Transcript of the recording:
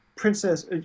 Princess